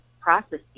processes